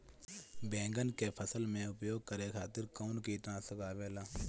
बैंगन के फसल में उपयोग करे खातिर कउन कीटनाशक आवेला?